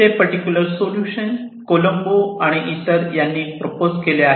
ते particular solution Colombo आणि इतर यांनी प्रपोज केले आहे